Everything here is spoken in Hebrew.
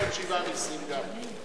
ועוד שבעה מסים גם כן.